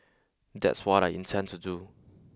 that's what I intend to do